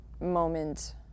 moment